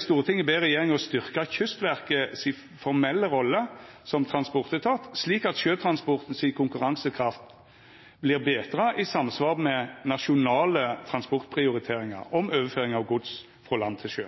Stortinget ber regjeringa styrkja Kystverket si formelle rolle som transportetat, slik at konkurransekrafta til sjøtransporten vert betra, i samsvar med nasjonale transportprioriteringar om overføring av gods frå land til sjø.